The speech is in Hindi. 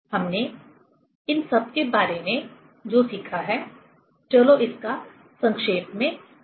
हमने इन सब के बारे में जो सीखा हैचलो इसका संक्षेप में वर्णन करते हैं